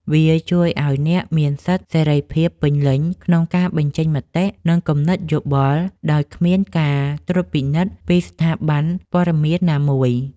វាជួយឱ្យអ្នកមានសិទ្ធិសេរីភាពពេញលេញក្នុងការបញ្ចេញមតិ និងគំនិតយោបល់ដោយគ្មានការត្រួតពិនិត្យពីស្ថាប័នព័ត៌មានណាមួយ។